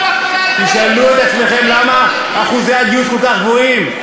תשאלו את עצמכם למה אחוזי הגיוס כל כך גבוהים.